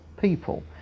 people